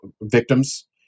victims